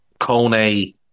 Kone